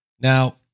Now